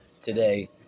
today